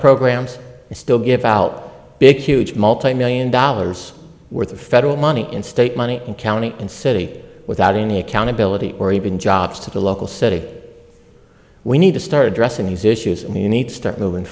programs still give out big huge multimillion dollars worth of federal money in state money and county and city without any accountability or even jobs to the local city we need to start addressing these issues and we need to start moving